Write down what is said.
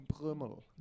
Brummel